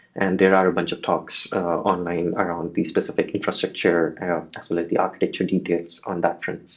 and there are a bunch of talks online around the specific infrastructure as well as the architecture details on that one.